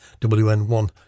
WN1